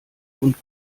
und